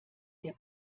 der